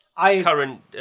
current